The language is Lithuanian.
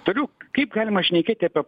toliau kaip galima šnekėti apie